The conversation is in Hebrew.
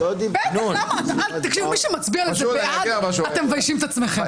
תקשיבו, מי שמצביע לזה בעד, אתם מביישים את עצמכם.